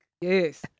yes